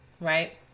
right